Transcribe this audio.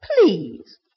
please